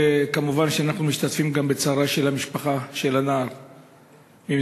כמובן שאנחנו מצטערים גם בצערה של המשפחה של הנער ממזרח-ירושלים.